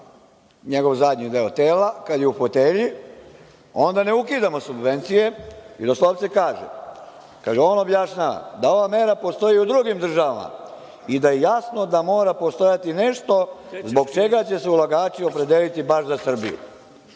njegov zadnji deo tela kada je u fotelji, onda ne ukidamo subvencije i doslovce kaže – da ova mera postoji u drugim državama i da je jasno da mora postojati nešto zbog čega će se ulagači opredeliti baš za Srbiju. Sada,